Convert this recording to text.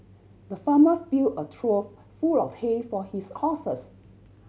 the farmer fill a trough full of hay for his horses